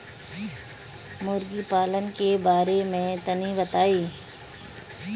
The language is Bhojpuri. मुर्गी पालन के बारे में तनी बताई?